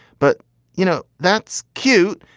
but you know, that's cute.